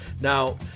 Now